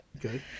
Good